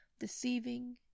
deceiving